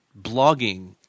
blogging